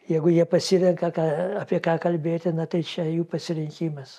jeigu jie pasirenka ką apie ką kalbėti na tai čia jų pasirinkimas